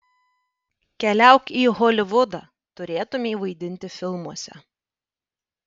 keliauk į holivudą turėtumei vaidinti filmuose